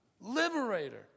liberator